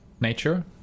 nature